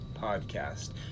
podcast